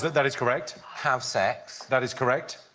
that that is correct. have sex. that is correct.